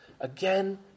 again